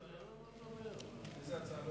איזו הצעה?